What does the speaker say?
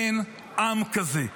אין עם כזה.